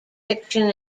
fiction